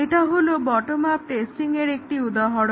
এটা হলো bottom up টেস্টিংয়ের একটি উদাহরণ